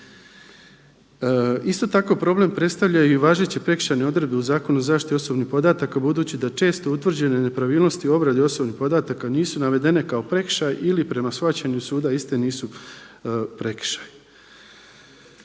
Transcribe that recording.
Isto tako problem predstavljaju i važeće prekršajne odredbe u Zakonu o zaštiti osobnih podataka budući da često utvrđene nepravilnosti u obradi osobnih podataka nisu navedene kao prekršaj ili prema shvaćanju suda iste nisu prekršaj.